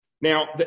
Now